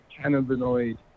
cannabinoid